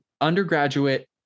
undergraduate